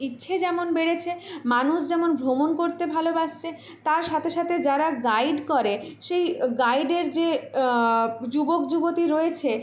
ইচ্ছে যেমন বেড়েছে মানুষ যেমন ভ্রমণ করতে ভালোবাসছে তার সাথে সাথে যারা গাইড করে সেই গাইডের যে যুবক যুবতি রয়েছে